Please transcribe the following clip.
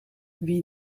wie